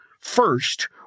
First